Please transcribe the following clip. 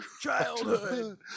childhood